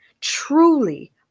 truly